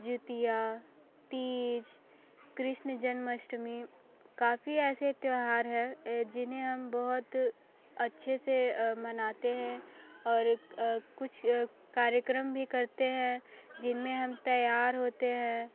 जितिया तीज कृष्ण जन्मष्टमी काफ़ी ऐसे त्यौहार है जिन्हें हम बहुत अच्छे से मनाते हैं और कुछ कार्यक्रम भी करते हैं जिनमें हम तैयार होते हैं